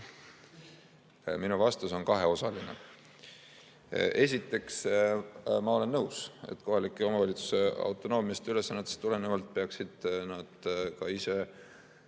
Minu vastus on kaheosaline. Esiteks, ma olen nõus, et kohaliku omavalitsuse autonoomiast ja ülesannetest tulenevalt peaksid nad